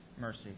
mercy